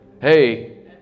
Hey